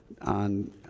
on